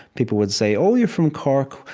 people would say, oh, you're from cork.